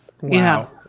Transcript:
Wow